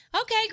okay